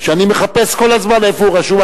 שאני מחפש כל הזמן איפה הוא רשום,